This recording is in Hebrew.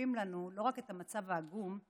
שמשקפים לנו לא רק את המצב העגום,